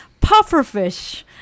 Pufferfish